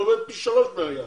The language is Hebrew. הוא עומד פי שלוש מהיעד,